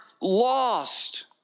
lost